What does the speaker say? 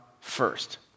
first